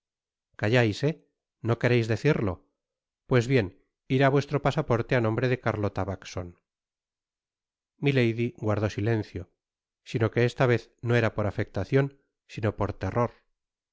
callais eb no quereis decirlo pues bien irá vuestro pasaporte á nombre de carlota backson milady guardó silencio sino que esta vez no era por afectacion sino por terror